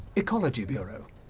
ecology bureau.